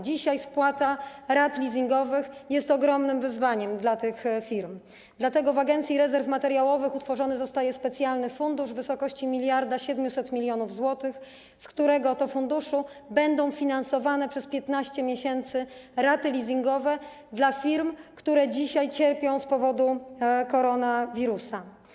Dzisiaj spłata rat leasingowych jest ogromnym wyzwaniem dla tych firm, dlatego w Agencji Rezerw Materiałowych utworzony zostaje specjalny fundusz w wysokości 1700 mln zł, z którego to funduszu będą finansowane przez 15 miesięcy raty leasingowe dla firm, które dzisiaj cierpią z powodu koronawirusa.